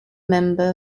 member